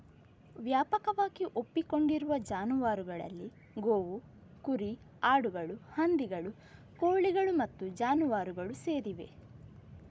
ವ್ಯಾಪಕವಾಗಿ ಒಪ್ಪಿಕೊಂಡಿರುವ ಜಾನುವಾರುಗಳಲ್ಲಿ ಗೋವು, ಕುರಿ, ಆಡುಗಳು, ಹಂದಿಗಳು, ಕೋಳಿಗಳು ಮತ್ತು ಜಾನುವಾರುಗಳು ಸೇರಿವೆ